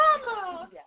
mama